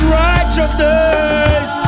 righteousness